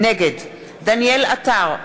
נגד דניאל עטר,